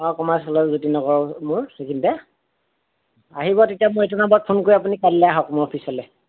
অঁ জ্যোতি নগৰ মোৰ সেইখিনিতে আহিব তেতিয়া মোৰ এইটো নাম্বাৰত ফোন কৰি আপুনি কালিলৈ আহক মোৰ অফিচলৈ